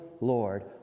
Lord